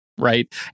Right